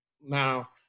Now